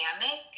dynamic